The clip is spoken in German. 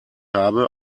habe